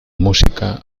música